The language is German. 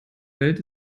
welt